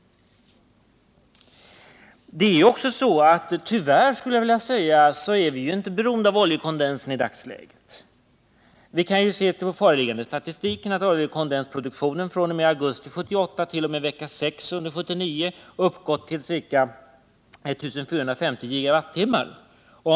Sedan är det också så att vi i dagsläget — tyvärr, skulle jag vilja säga — inte är oberoende av oljekondensen. Vi kan utläsa av den föreliggande statistiken att oljekondensproduktionen fr.o.m. augusti 1978 t.o.m. vecka 6 under 1979 uppgått till ca I 450 GWh.